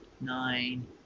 nine